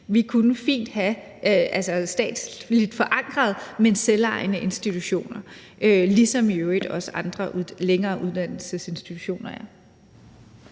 Vi kunne fint have statsligt forankrede, men selvejende institutioner, ligesom i øvrigt også andre institutioner for